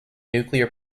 nuclear